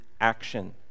action